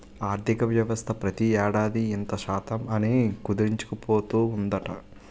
ఆర్థికవ్యవస్థ ప్రతి ఏడాది ఇంత శాతం అని కుదించుకుపోతూ ఉందట